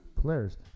players